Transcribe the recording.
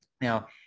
Now